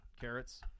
carrots